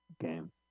game